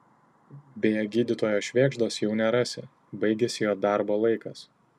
beje gydytojo švėgždos jau nerasi baigėsi jo darbo laikas